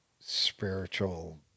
spiritual